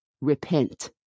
Repent